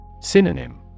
Synonym